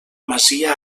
masia